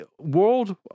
World